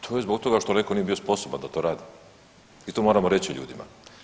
To je zbog toga što netko nije bio sposoban da to radi i to moramo reći ljudima.